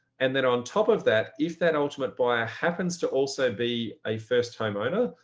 and then on top of that, if that ultimate buyer happens to also be a first homeowner,